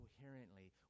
coherently